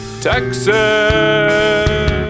Texas